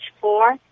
four